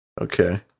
Okay